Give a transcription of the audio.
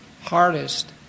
hardest